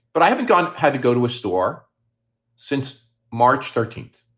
but i haven't gone. had to go to a store since march thirteenth.